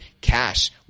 cash